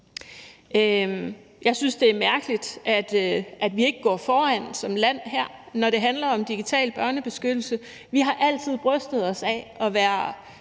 Jeg synes, det er mærkeligt, at vi ikke går foran her som land, når det handler om digital børnebeskyttelse. Vi har altid brystet os af at være